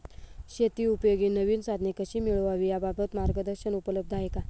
शेतीउपयोगी नवीन साधने कशी मिळवावी याबाबत मार्गदर्शन उपलब्ध आहे का?